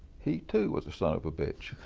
he too was a son of a bitch.